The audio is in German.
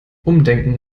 umdenken